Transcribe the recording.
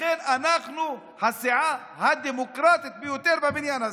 לכן אנחנו הסיעה הדמוקרטית ביותר בבניין הזה.